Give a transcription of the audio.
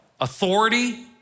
authority